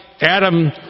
Adam